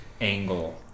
angle